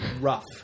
rough